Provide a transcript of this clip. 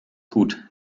gut